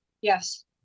Yes